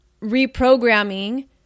reprogramming